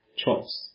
choice